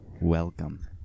Welcome